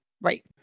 right